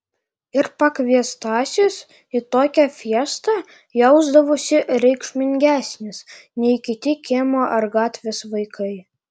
ir pakviestasis į tokią fiestą jausdavosi reikšmingesnis nei kiti kiemo ar gatvės vaikai